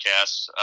podcasts